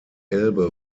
elbe